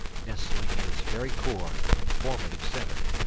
nestling in its very core and formative centre.